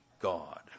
God